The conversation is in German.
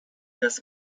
des